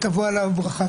תבוא עליו הברכה.